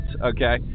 okay